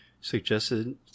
Suggested